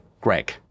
greg